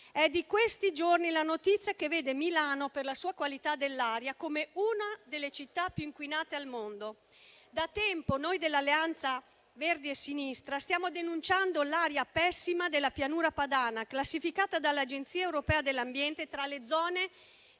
È di questi giorni la notizia che vede Milano, per la sua qualità dell'aria, come una delle città più inquinate al mondo. Da tempo, noi dell'Alleanza Verdi e Sinistra stiamo denunciando l'aria pessima della Pianura Padana, classificata dall'Agenzia europea dell'ambiente tra le zone